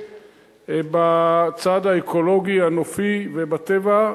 בצד האקולוגי הנופי ובטבע,